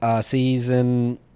season